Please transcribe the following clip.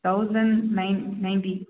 thousand nine ninety